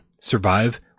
Survive